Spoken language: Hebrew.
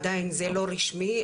עדיין זה לא רשמי,